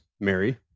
Mary